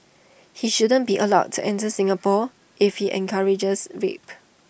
he shouldn't be allowed to enter Singapore if he encourages rape